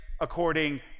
according